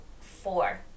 four